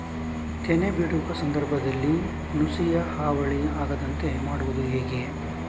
ತೆನೆ ಬಿಡುವ ಸಂದರ್ಭದಲ್ಲಿ ನುಸಿಯ ಹಾವಳಿ ಆಗದಂತೆ ಮಾಡುವುದು ಹೇಗೆ?